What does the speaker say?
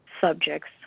subjects